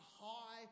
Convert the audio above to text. high